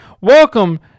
Welcome